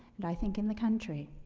and i think in the country,